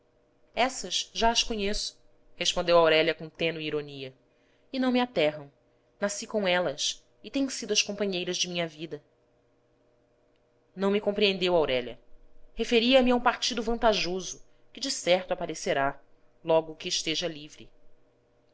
essas já as conheço respondeu aurélia com tênue ironia e não me aterram nasci com elas e têm sido as companheiras de minha vida não me compreendeu aurélia referia-me a um partido vantajoso que decerto aparecerá logo que esteja livre